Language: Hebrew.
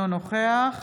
אינו נוכח